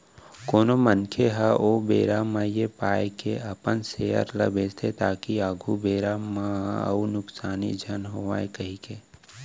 कोनो मनखे ह ओ बेरा म ऐ पाय के अपन सेयर ल बेंचथे ताकि आघु बेरा म अउ नुकसानी झन होवय कहिके